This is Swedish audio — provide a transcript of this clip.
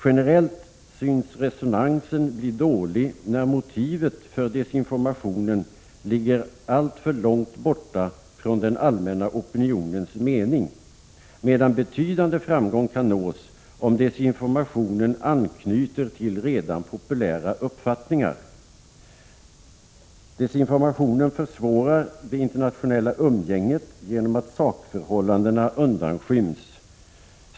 Generellt synes resonansen bli dålig när motivet för desinformationen ligger alltför långt borta från den allmänna opinionens mening, medan betydande framgång kan nås om desinformationen anknyter till redan populära uppfattningar. Desinformationen försvårar det internationella umgänget genom att sakförhållandena undanskyms.